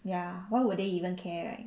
ya why would they even care right